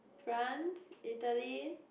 France Italy